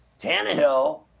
Tannehill